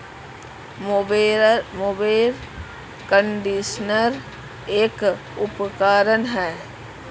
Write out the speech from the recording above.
mower conditioner एक उपकरण है